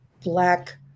Black